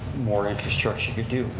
more infrastructure you could do.